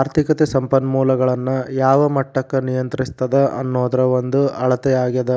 ಆರ್ಥಿಕತೆ ಸಂಪನ್ಮೂಲಗಳನ್ನ ಯಾವ ಮಟ್ಟಕ್ಕ ನಿಯಂತ್ರಿಸ್ತದ ಅನ್ನೋದ್ರ ಒಂದ ಅಳತೆ ಆಗ್ಯಾದ